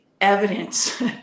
evidence